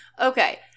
Okay